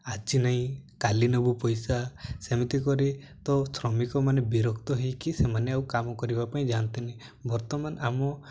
ଆଜି ନାହିଁ କାଲି ନେବୁ ପଇସା ସେମିତି କରି ତ ଶ୍ରମିକମାନେ ବିରକ୍ତ ହେଇକି ସେମାନେ ଆଉ କାମ କରିବା ପାଇଁ ଯାଆନ୍ତିନି ବର୍ତ୍ତମାନ ଆମ